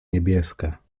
niebieska